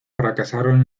fracasaron